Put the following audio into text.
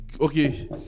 okay